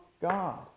God